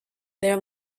there